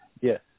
yes